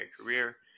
career